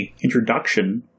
introduction